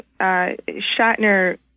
Shatner